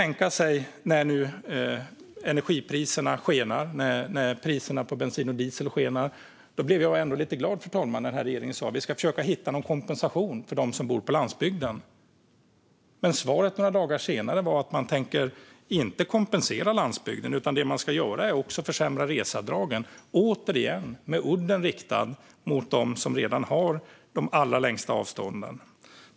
När nu energipriserna skenar och priserna på bensin och diesel skenar blev jag ändå lite glad, fru talman, när regeringen sa: Vi ska försöka hitta någon kompensation för dem som bor på landsbygden. Men svaret några dagar senare var att man inte tänker kompensera landsbygden, utan det man ska göra är att försämra reseavdragen - återigen med udden riktad mot dem som har de allra längsta avstånden.